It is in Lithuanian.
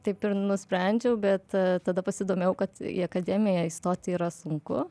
taip ir nusprendžiau bet tada pasidomėjau kad į akademiją įstoti yra sunku